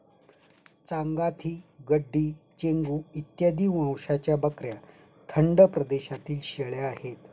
चांथागी, गड्डी, चेंगू इत्यादी वंशाच्या बकऱ्या थंड प्रदेशातील शेळ्या आहेत